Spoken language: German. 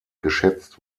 geschätzt